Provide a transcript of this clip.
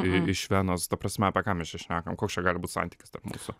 iš venos ta prasme apie ką mes čia šnekam koks čia gali būt santykis tarp mūsų